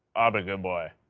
ah but good boy.